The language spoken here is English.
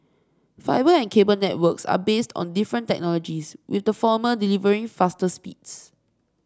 fibre and cable networks are based on different technologies with the former delivering faster speeds